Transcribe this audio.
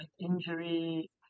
injury